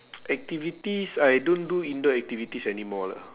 activities I don't do indoor activities anymore lah